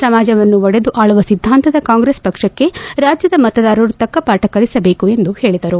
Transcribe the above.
ಸಮಾಜವನ್ನು ಒಡೆದು ಆಳುವ ಸಿದ್ದಾಂತದ ಕಾಂಗ್ರೆಸ್ ಪಕ್ಷಕ್ಕೆ ರಾಜ್ಯದ ಮತದಾರರು ತಕ್ಕ ಪಾಠ ಕಲಿಸಬೇಕು ಎಂದು ಹೇಳಿದರು